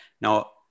Now